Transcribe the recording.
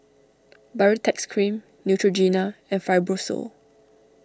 Baritex Cream Neutrogena and Fibrosol